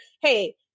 Hey